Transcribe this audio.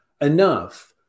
enough